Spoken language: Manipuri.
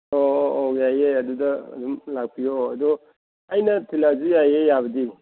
ꯑꯧ ꯑꯧ ꯑꯧ ꯌꯥꯏꯌꯦ ꯑꯗꯨꯗ ꯑꯗꯨꯝ ꯂꯥꯛꯄꯤꯌꯣ ꯑꯗꯨ ꯑꯩꯅ ꯊꯤꯜꯂꯛꯑꯁꯨ ꯌꯥꯏꯌꯦ ꯌꯥꯕꯗꯤ